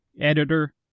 Editor